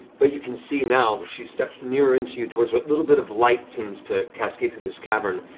but you can see now that she's stepped near in to you, towards what little bit of light seems to cascade through this cavern,